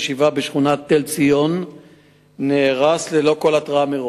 של ישיבת "דרכי-יוסף" בשכונת תל-ציון נהרס ללא כל התראה.